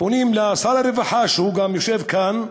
אנחנו פונים לשר הרווחה, שגם יושב כאן,